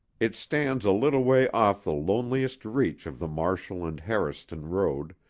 it stands a little way off the loneliest reach of the marshall and harriston road,